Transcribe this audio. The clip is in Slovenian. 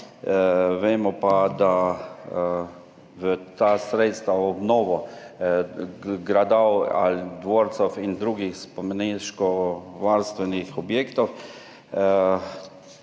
Vemo pa, da je bilo za obnovo gradov ali dvorcev in drugih spomeniškovarstvenih objektov,